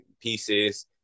pieces